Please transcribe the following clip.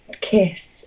kiss